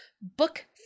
Book